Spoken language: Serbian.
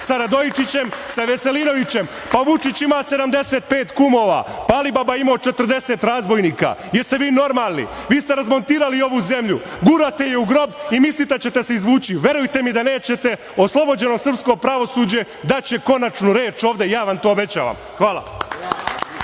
sa Radojičićem, sa Veselinovićem. Vučić ima 75 kumova, a Alibaba je imao 40 razbojnika. Jeste vi normalni? Vi ste razmontirali ovu zemlju! Gurate je u grob i mislite da ćete se izvući. Verujte mi da nećete. Oslobođeno srpsko pravosuđe daće konačnu reč ovde, ja vam to obećavam. Hvala.